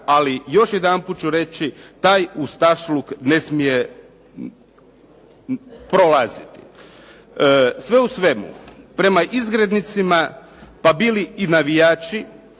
Ali još jednaput ću reći taj ustašluk ne smije prolaziti. Sve u svemu prema izgrednicima pa bili i navijači